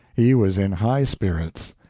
he was in high spirits.